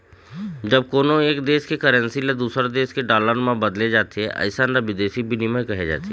जब कोनो एक देस के करेंसी ल दूसर देस के डॉलर म बदले जाथे अइसन ल बिदेसी बिनिमय कहे जाथे